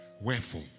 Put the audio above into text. Wherefore